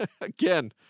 Again